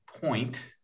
point